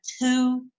two